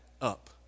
up